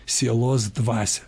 sielos dvasią